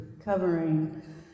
covering